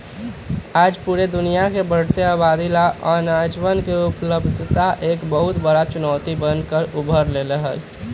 आज पूरा दुनिया के बढ़ते आबादी ला अनजवन के उपलब्धता एक बहुत बड़ा चुनौती बन कर उभर ले है